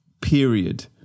period